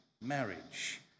marriage